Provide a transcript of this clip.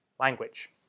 language